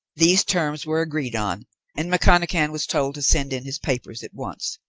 these terms were agreed on and mcconachan was told to send in his papers at once.